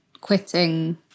quitting